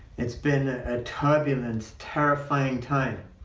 it's been a turbulent, terrifying time,